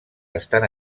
estan